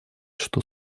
что